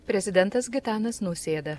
prezidentas gitanas nausėda